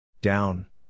Down